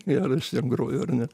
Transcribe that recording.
ar aš ten groju ar ne